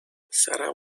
سرم